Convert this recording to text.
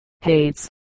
hates